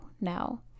now